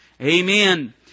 Amen